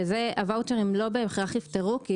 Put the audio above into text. ואת זה הוואוצ'רים לא בהכרח יפתרו.